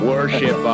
Worship